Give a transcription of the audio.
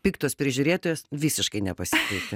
piktos prižiūrėtojas visiškai nepasikeitė